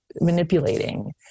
manipulating